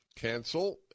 Cancel